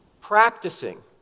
Practicing